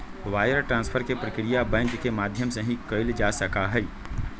wire transfer के प्रक्रिया bank के माध्यम से ही कइल जा सका हई